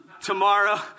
Tomorrow